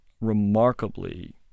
remarkably